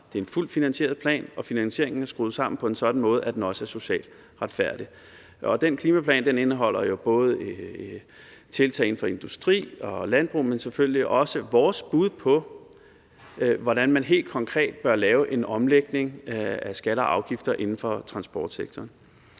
Det er en fuldt finansieret plan, og finansieringen er skruet sammen på en sådan måde, at den også er socialt retfærdig. Og den klimaplan indeholder jo både tiltag for industri og landbrug, men selvfølgelig også vores bud på, hvordan man helt konkret bør lave en omlægning af skatter og afgifter inden for transportsektoren.